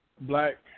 black